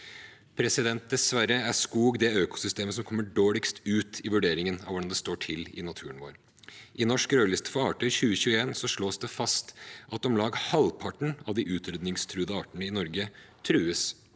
arealendringer. Dessverre er skog det økosystemet som kommer dårligst ut i vurderingen av hvordan det står til i naturen vår. I Norsk rødliste for arter 2021 slås det fast at om lag halvparten av de utrydningstruede artene i Norge trues